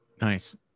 Nice